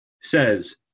says